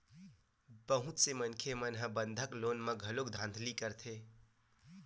बहुत से मनखे मन ह बंधक लोन म घलो धांधली करथे